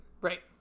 Right